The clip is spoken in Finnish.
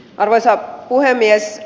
arvoisa puhemies